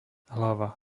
hlava